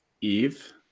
Eve